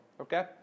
Okay